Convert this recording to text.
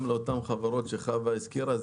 גם לאותן חברות שחוה הזכירה,